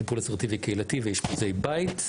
טיפול אסרטיבי קהילתי ואשפוזי בית.